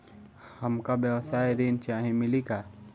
हमका व्यवसाय ऋण चाही मिली का?